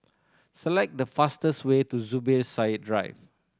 select the fastest way to Zubir Said Drive